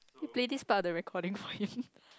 okay please start the recording for him